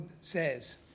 says